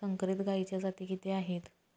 संकरित गायीच्या जाती किती आहेत?